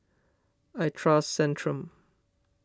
I trust Centrum